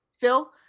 Phil